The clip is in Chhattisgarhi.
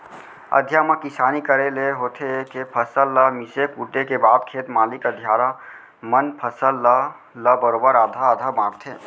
अधिया म किसानी करे ले होथे ए के फसल ल मिसे कूटे के बाद खेत मालिक अधियारा मन फसल ल ल बरोबर आधा आधा बांटथें